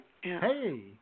Hey